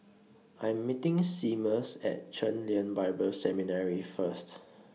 I'm meeting Seamus At Chen Lien Bible Seminary First